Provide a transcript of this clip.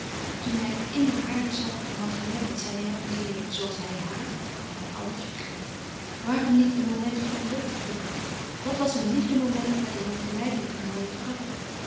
maar toen hij in de hare zag en had gemerkt dat zij hem begeerde zoo als hij haar had hij àlles vergeten waarom niet een moment van geluk te plukken wat was een liefde moment met een nog verleidelijke mooie vrouw